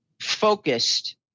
focused